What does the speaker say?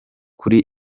kuri